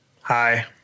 Hi